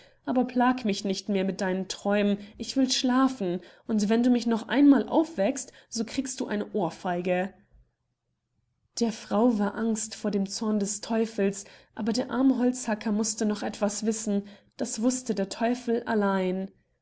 aber plag mich nicht mehr mit deinen träumen ich will schlafen und wenn du mich noch einmal aufweckst so kriegst du eine ohrfeige der frau war angst vor dem zorn des teufels aber der arme holzhacker mußte noch etwas wissen das wußte der teufel allein